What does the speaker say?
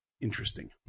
interesting